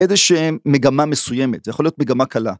איזה שהם מגמה מסוימת זה יכול להיות מגמה קלה.